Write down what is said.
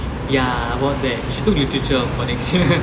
ya what's that she took literature for next year